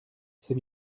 c’est